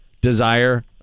desire